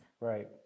Right